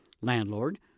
landlord